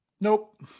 Nope